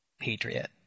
Patriot